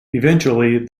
eventually